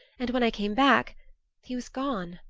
and when i came back he was gone.